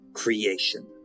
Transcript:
Creation